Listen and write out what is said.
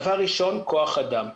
דבר ראשון כח אדם.